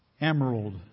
emerald